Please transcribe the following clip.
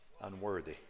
unworthy